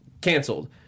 canceled